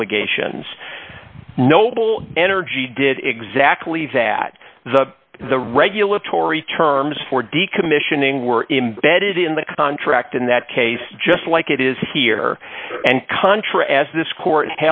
obligations noble energy did exactly that the the regulatory terms for decommissioning were embedded in the contract in that case just like it is here and contra as this court